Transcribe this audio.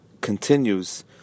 continues